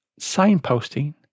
signposting